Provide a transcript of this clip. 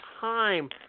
time